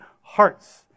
hearts